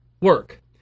work